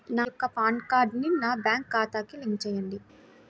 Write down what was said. నా యొక్క పాన్ కార్డ్ని నా బ్యాంక్ ఖాతాకి లింక్ చెయ్యండి?